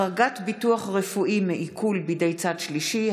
(החרגת ביטוח רפואי מעיקול בידי צד שלישי),